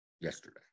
yesterday